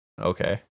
Okay